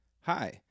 Hi